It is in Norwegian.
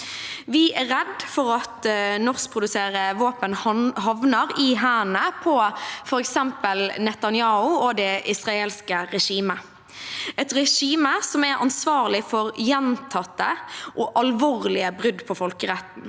Vi er redde for at norskproduserte våpen havner i hendene på f.eks. Netanyahu og det israelske regimet, et regime som er ansvarlig for gjentatte og alvorlige brudd på folkeretten.